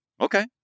Okay